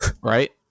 Right